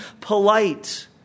polite